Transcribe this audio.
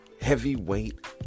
Heavyweight